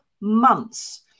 months